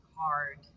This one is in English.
hard